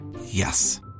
Yes